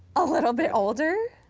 a little bit older